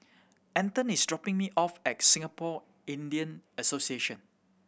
Anton is dropping me off at Singapore Indian Association